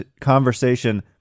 conversation